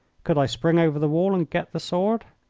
could i spring over the wall and get the sword?